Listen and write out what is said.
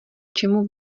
čemu